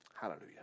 Hallelujah